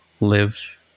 live